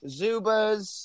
Zubas